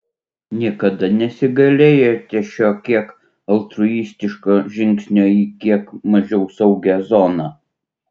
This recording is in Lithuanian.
niekada nesigailėjote šio kiek altruistiško žingsnio į kiek mažiau saugią zoną